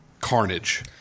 carnage